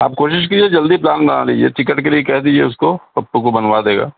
آپ کوشش کیجیے جلدی پلان بنا لیجیے ٹکٹ کے لیے کہہ دیجیے اس کو پپو کو بنوا دے گا